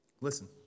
Listen